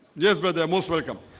yes, but they are most welcome.